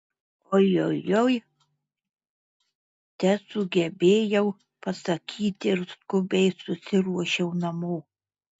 ojojoi tesugebėjau pasakyti ir skubiai susiruošiau namo